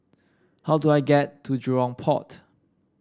how do I get to Jurong Port